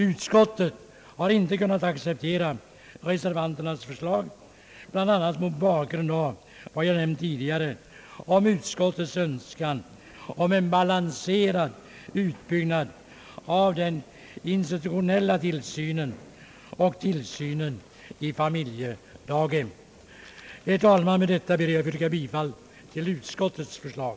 Utskottet har inte kunnat acceptera reservanternas förslag, bl.a. mot bakgrunden av vad jag nämnt tidigare om utskottets önskan om en balanserad utbyggnad av den institutionella tillsynen och tillsynen i familjedaghem. Herr talman! Jag ber att få yrka bifall till utskottets förslag.